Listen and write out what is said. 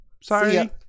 Sorry